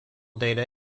data